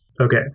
Okay